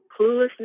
cluelessness